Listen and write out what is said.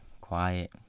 quiet